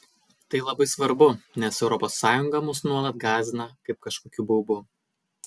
tai labai svarbu nes europos sąjunga mus nuolat gąsdina kaip kažkokiu baubu